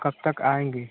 कब तक आएँगे